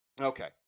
Okay